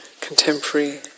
contemporary